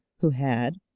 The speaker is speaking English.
who had,